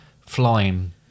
Flying